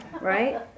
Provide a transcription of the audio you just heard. right